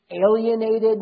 alienated